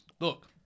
Look